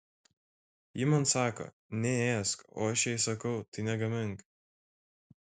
ji man sako neėsk o aš jai sakau tai negamink